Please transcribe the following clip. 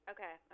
Okay